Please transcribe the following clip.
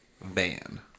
van